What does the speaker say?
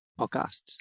podcasts